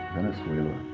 Venezuela